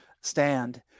stand